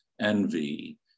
envy